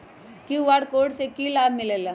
QR code से कि कि लाव मिलेला?